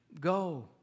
go